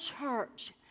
church